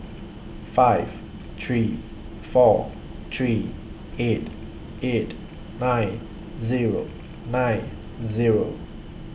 five three four three eight eight nine Zero nine Zero